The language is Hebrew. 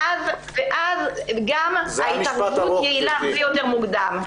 ואז גם ההתערבות יעילה הרבה יותר מוקדם.